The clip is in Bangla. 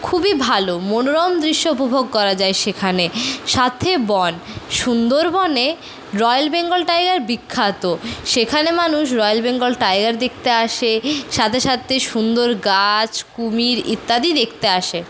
খুবই ভালো মনোরম দৃশ্য উপভোগ করা যায় সেখানে সাথে বন সুন্দরবনে রয়্যাল বেঙ্গল টাইগার বিখ্যাত সেখানে মানুষ রয়্যাল বেঙ্গল টাইগার দেখতে আসে সাথে সাথে সুন্দর গাছ কুমির ইত্যাদি দেখতে আসে